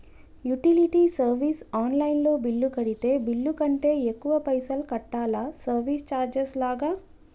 Utility service online లో bill కడితే bill కంటే ఎక్కువ పైసల్ కట్టాలా సర్వీస్ చార్జెస్ లాగా?